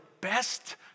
best